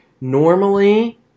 normally